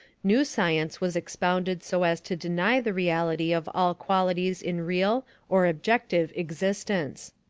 new science was expounded so as to deny the reality of all qualities in real, or objective, existence.